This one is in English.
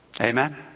Amen